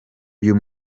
uyu